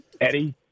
Eddie